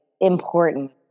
important